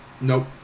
Nope